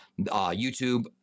YouTube